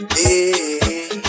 hey